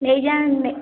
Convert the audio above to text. ନେଇଯାନ୍ତେ